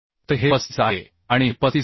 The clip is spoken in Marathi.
तर हे 35 आहे आणि हे 35 आहे